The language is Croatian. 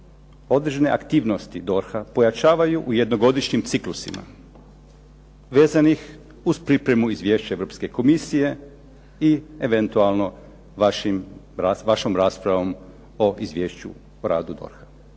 određene aktivnosti DORH-a pojačavaju u jednogodišnjim ciklusima vezanih uz pripremu izvješća Europske komisije i eventualno vašom raspravom o izvješću o radu DORH-a.